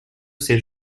ses